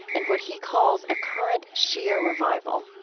and what he calls a current shia revival.